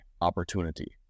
opportunity